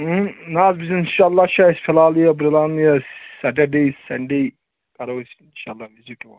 نہَ حظ اِنشاء اللہ چھُ اَسہِ فِلحال یہِ بُلاوٕنۍ یہِ سیٹرڈے سَنڈے کَرو أسۍ اِنشاء اللہ وِزِٹ اور